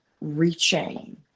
reaching